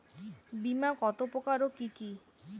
বীমা কত প্রকার ও কি কি?